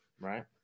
right